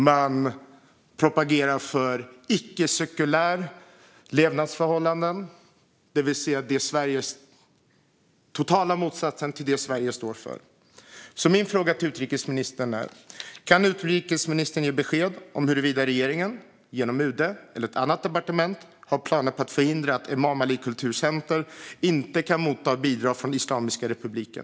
Man propagerar för icke-sekulära levnadsförhållanden, det vill säga den totala motsatsen till det som Sverige står för. Min fråga till utrikesministern är därför: Kan utrikesministern ge besked om huruvida regeringen, genom UD eller något annat departement, har planer på att förhindra att Imam Ali kulturcenter kan motta bidrag från Islamiska republiken?